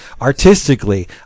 Artistically